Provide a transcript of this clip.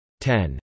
10